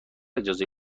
اجازه